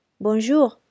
Bonjour